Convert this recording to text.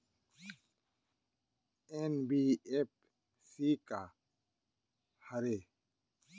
NBFC का हरे?